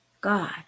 God